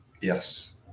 Yes